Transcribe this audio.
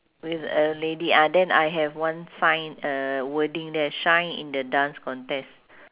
with a lady ah then I have one sign uh wording there shine in the dance contest